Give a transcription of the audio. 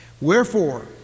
Wherefore